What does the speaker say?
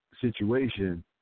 situation